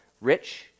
rich